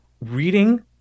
reading